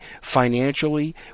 financially